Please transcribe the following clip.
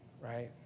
right